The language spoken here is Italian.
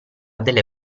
delle